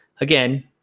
again